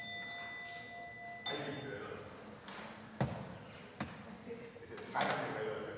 jeg er meget, meget